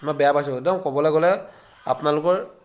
মই বেয়া পাইছোঁ একদম ক'বলৈ গ'লে আপোনালোকৰ